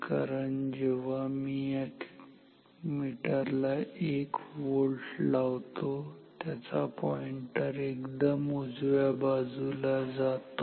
कारण जेव्हा मी या मीटरला 1 व्होल्ट लावतो त्याचा पॉईंटर एकदम उजव्या बाजूला जातो